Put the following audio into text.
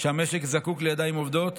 שהמשק זקוק לידיים עובדות